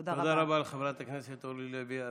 תודה רבה לחברת הכנסת אורלי לוי אבקסיס.